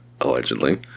allegedly